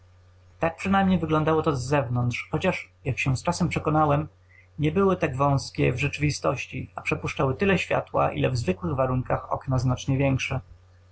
tak przynajmniej wyglądało to zewnątrz chociaż jak się z czasem przekonałem nie były tak wązkie w rzeczywistości a przepuszczały tyle światła ile w zwykłych warunkach okna znacznie większe